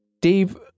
Dave